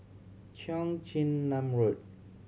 Cheong Chin Nam Road